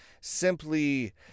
simply